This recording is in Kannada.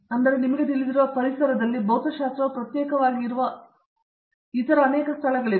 ಆದರೆ ನಿಮಗೆ ತಿಳಿದಿರುವ ಪರಿಸರದಲ್ಲಿ ಭೌತಶಾಸ್ತ್ರವು ಪ್ರತ್ಯೇಕವಾಗಿ ಇರುವ ಇತರ ಅನೇಕ ಸ್ಥಳಗಳಿವೆ